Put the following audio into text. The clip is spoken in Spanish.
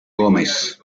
gómez